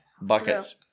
Buckets